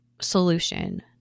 solution